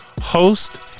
host